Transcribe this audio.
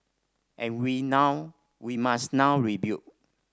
and we now must now rebuild